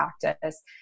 practice